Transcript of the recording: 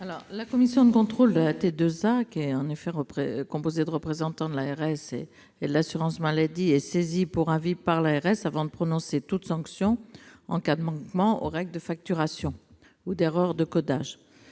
La commission de contrôle de la T2A, composée de représentants de l'ARS et de l'assurance maladie, est saisie pour avis par l'ARS avant de prononcer toute sanction en cas de manquement aux règles de facturation ou d'erreur de codage.